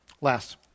Last